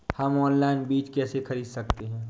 हम ऑनलाइन बीज कैसे खरीद सकते हैं?